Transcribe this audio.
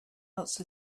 lots